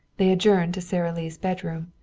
they adjourned to sara lee's bedroom,